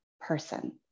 person